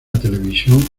televisión